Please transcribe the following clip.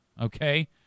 Okay